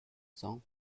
cents